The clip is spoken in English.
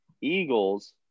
Eagles